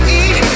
eat